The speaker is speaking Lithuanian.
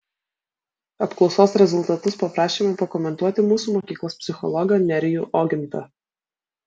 apklausos rezultatus paprašėme pakomentuoti mūsų mokyklos psichologą nerijų ogintą